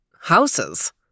houses